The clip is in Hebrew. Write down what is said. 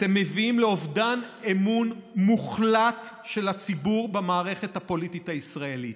אתם מביאים לאובדן אמון מוחלט של הציבור במערכת הפוליטית הישראלית.